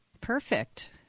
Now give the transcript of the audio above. Perfect